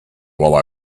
while